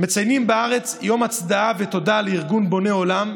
מציינים בארץ יום הצדעה ותודה לארגון בוני עולם,